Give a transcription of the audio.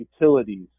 Utilities